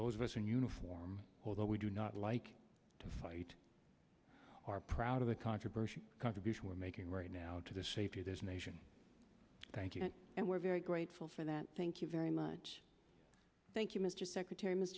those of us in uniform although we do not like to fight are proud of the controversial contribution we're making right now to the safety of this nation thank you and we're very grateful for that thank you very much thank you mr secretary